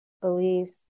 beliefs